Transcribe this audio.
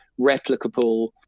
replicable